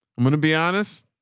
i'm going to be honest.